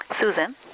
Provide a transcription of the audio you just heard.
Susan